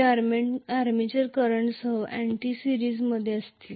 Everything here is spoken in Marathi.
जे आर्मेचर करंटसह अँटी सिरीजमध्ये आहे